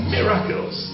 Miracles